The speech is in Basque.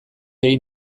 egin